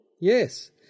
Yes